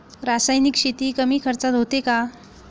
रासायनिक शेती कमी खर्चात होते का?